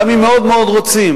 גם אם מאוד מאוד רוצים.